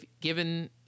given –